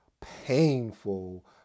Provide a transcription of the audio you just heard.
painful